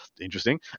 Interesting